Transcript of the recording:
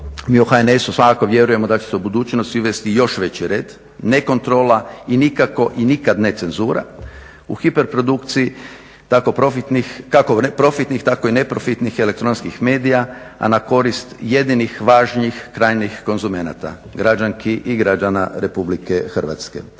mi u HNS-u svakako vjerujemo da će se u budućnosti uvesti još veći red, ne kontrola i nikad ne cenzura u hiperprodukciji kako profitnih tako i neprofitnih elektronskih medija, a na korist jedinih važnih krajnjih konzumenata, građanki i građana RH.